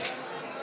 תקציבי